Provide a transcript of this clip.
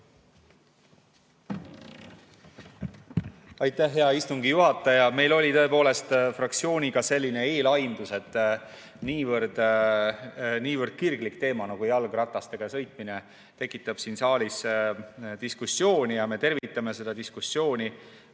Aitäh, hea istungi juhataja! Meil oli tõepoolest fraktsiooniga selline eelaimdus, et niivõrd kirglik teema nagu jalgratastega sõitmine tekitab siin saalis diskussiooni, ja me tervitame seda diskussiooni